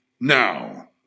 now